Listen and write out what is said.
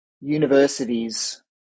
universities